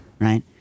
right